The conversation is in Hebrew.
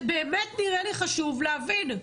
זה באמת נראה לי חשוב להבין.